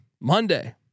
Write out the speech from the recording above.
Monday